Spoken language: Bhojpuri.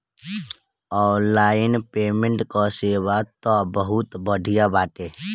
ऑनलाइन पेमेंट कअ सेवा तअ बहुते बढ़िया बाटे